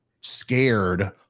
scared